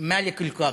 ומאלכ אלקאדי.